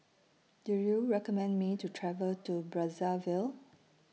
Do YOU recommend Me to travel to Brazzaville